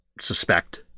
suspect